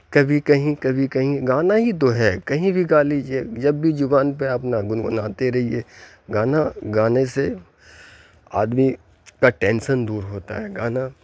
کبھی کہیں کبھی کہیں گانا ہی تو ہے کہیں بھی گا لیجیے جب بھی زبان پہ اپنا گنگناتے رہیے گانا گانے سے آدمی کا ٹینسن دور ہوتا ہے گانا